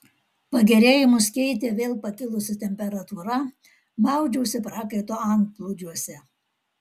pagerėjimus keitė vėl pakilusi temperatūra maudžiausi prakaito antplūdžiuose